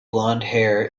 blondhair